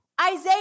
Isaiah